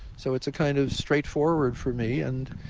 so it's kind of straightforward for me, and